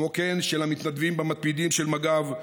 וכמו כן של המתנדבים ב"המתמידים" של מג"ב,